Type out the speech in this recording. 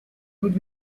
would